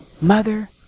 mother